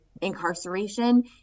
incarceration